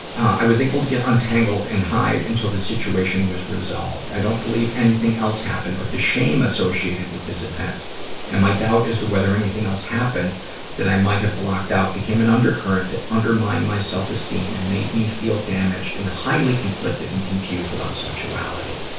i was able to get untangled and hide until the situation was resolved. i don't believe anything else happened, but the shame associated with this event and my doubt as to whether anything else happened that i might have blocked out, became an undercurrent that undermined my self-esteem and made me feel damaged and higly conflicted and confused about sexuality.